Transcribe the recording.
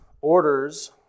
orders